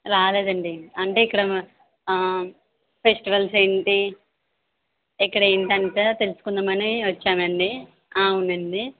రాలేదండి అంటే ఇక్కడ మా ఫెస్టివల్స్ ఏంటి ఇక్కడ ఏంటి అంటే తెలుసుకుందామని వచ్చామండి ఆ అవునండి